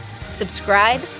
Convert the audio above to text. subscribe